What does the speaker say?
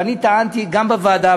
ואני טענתי גם בוועדה,